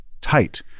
tight